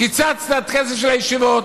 קיצצת את הכסף של הישיבות